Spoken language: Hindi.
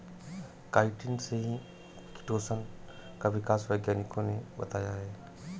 काईटिन से ही किटोशन का विकास वैज्ञानिकों ने बताया है